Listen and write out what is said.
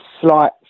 slight